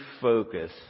focus